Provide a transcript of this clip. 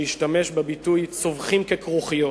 שהשתמש בביטוי "צווחים ככרוכיות",